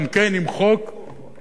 גם כן עם חוק שאומר: